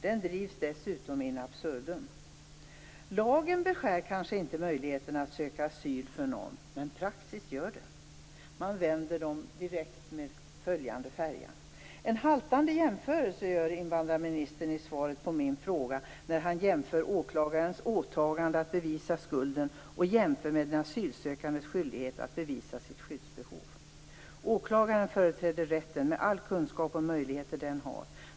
Den drivs dessutom in absurdum. Lagen beskär kanske inte möjligheten att söka asyl för någon, men praxis gör det. Man får människor att vända direkt med följande färja. Invandrarministern gör en haltande jämförelse i svaret på min fråga när han jämför åklagarens åtagande att bevisa skulden med den asylsökandes skyldighet att bevisa sitt skyddsbehov. Åklagaren företräder rätten, med all kunskap om de möjligheter den har.